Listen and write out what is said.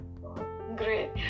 Great